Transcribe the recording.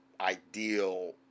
ideal